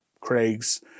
Craig's